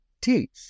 teach